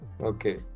Okay